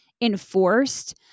enforced